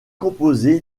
composé